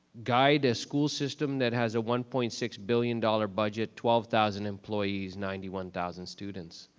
guide a school system that has a one point six billion dollars budget, twelve thousand employees, ninety one thousand students.